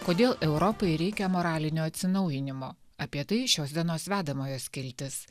kodėl europai reikia moralinio atsinaujinimo apie tai šios dienos vedamojo skiltis